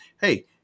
Hey